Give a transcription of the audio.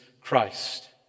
Christ